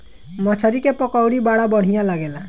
मछरी के पकौड़ी बड़ा बढ़िया लागेला